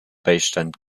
beistand